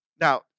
now